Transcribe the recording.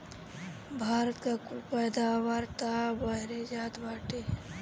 भारत का कुल पैदावार तअ बहरे जात बाटे